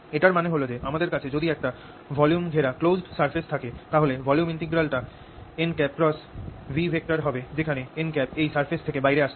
এটার মানে হল যে আমাদের কাছে যদি একটা ভলিউম ঘেরা ক্লোস্ড সারফেস থাকে তাহলে ভলিউম ইন্টিগ্রাল টা n× V হবে যেখানে n এই সারফেস থেকে বাইরে আসছে